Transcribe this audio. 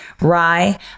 Rye